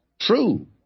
True